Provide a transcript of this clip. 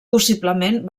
possiblement